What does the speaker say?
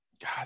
God